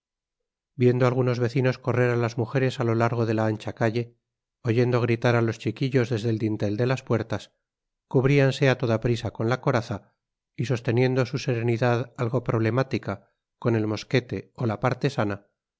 viendo algunos vecinos correr á las mujeres á lo largo de la ancha calle oyendo gritar á los chiquillos desde el dintel de las puertas cubrianse á toda prisa con la coraza y sosteniendo su serenidad algo problemática con el mosquete ó la